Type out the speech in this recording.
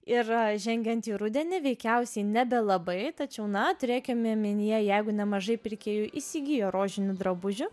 ir žengiant į rudenį veikiausiai nebelabai tačiau na turėkime omenyje jeigu nemažai pirkėjų įsigijo rožinių drabužių